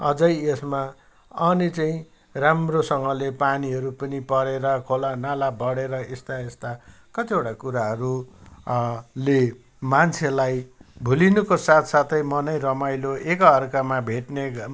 अझै यसमा अनि चाहिँ राम्रोसँगले पानीहरू पनि परेर खोलानाला बढेर यस्ता यस्ता कतिवटा कुराहरू ले मान्छेलाई भुलिनुको साथसाथै मनै रमाइलो एकाअर्कामा भेट्ने काम